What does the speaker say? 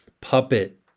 puppet